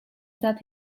that